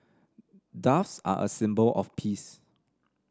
doves are a symbol of peace